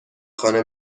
خانه